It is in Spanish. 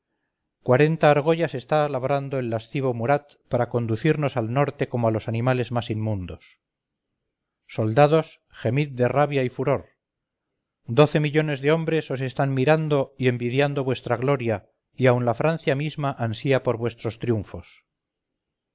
cuarenta argollas está labrando el lascivo murat para conduciros al norte como a los animales más inmundos soldados gemid de rabiay furor doce millones de hombres os están mirando y envidiando vuestra gloria y aun la francia misma ansía por vuestros triunfos